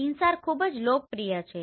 INSAR ખૂબ જ લોકપ્રિય છે